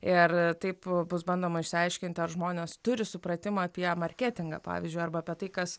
ir taip bus bandoma išsiaiškinti ar žmonės turi supratimą apie marketingą pavyzdžiui arba apie tai kas